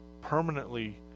permanently